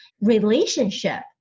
relationship